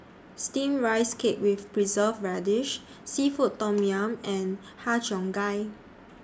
Steamed Rice Cake with Preserved Radish Seafood Tom Yum and Har Cheong Gai